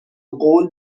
قول